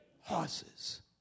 horses